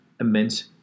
immense